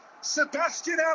Sebastian